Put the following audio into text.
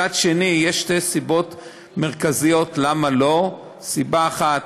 מצד אחר, יש שתי סיבות מרכזיות למה לא: סיבה אחת,